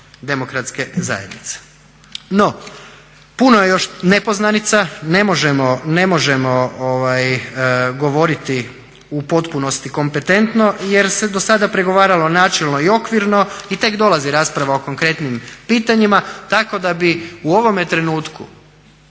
zastupnika HDZ-a. No, puno je još nepoznanica, ne možemo govoriti u potpunosti kompetentno jer se dosada pregovaralo načelno i okvirno i tek dolazi rasprava o konkretnim pitanjima tako da bi u ovome trenutku